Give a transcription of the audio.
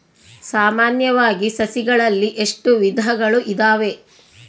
ಸಾಮಾನ್ಯವಾಗಿ ಸಸಿಗಳಲ್ಲಿ ಎಷ್ಟು ವಿಧಗಳು ಇದಾವೆ?